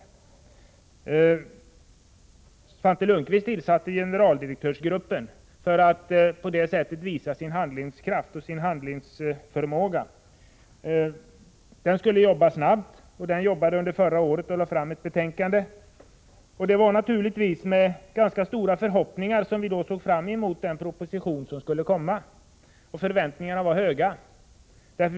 Svante Lundkvist tillsatte generaldirektörsgruppen för att på det sättet visa sin handlingskraft och sin handlingsförmåga. Gruppen skulle jobba snabbt. Den jobbade under förra året och lade fram ett betänkande. Det var naturligtvis med ganska stora förhoppningar vi emotsåg den proposition som skulle komma, och förväntningarna var stora.